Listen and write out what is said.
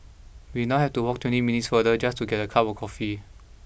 we now have to walk twenty minutes farther just to get a cup of coffee